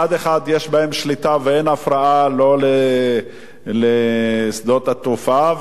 מצד אחד יש בהם שליטה ואין הפרעה לשדות התעופה,